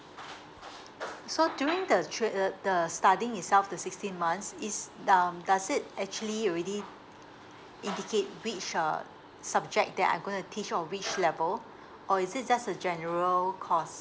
so during the tra~ uh the studying itself the sixteen months is um does it actually already indicate which uh subject that I'm going to teach or which level or is it just a general course